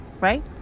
right